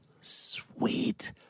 Sweet